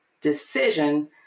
decision